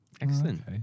Excellent